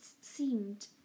seemed